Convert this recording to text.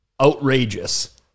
outrageous